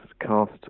cast